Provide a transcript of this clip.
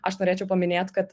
aš norėčiau paminėt kad